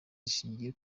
zishingiye